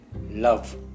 love